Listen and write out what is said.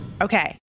Okay